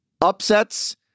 Upsets